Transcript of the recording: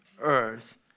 earth